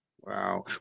Wow